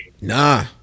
Nah